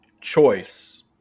choice